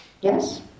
Yes